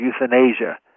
euthanasia